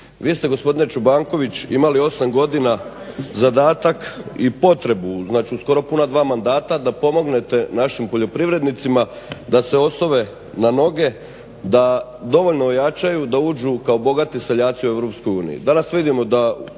Vi ste gospodine Čobanković imali 8 godina zadatak i potrebu znači u skoro puna dva mandata da pomognete našim poljoprivrednicima da se osove na noge, da dovoljno ojačaju da uđu kao bogati seljaci u EU.